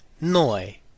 Noi